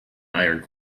iron